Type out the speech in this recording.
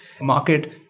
market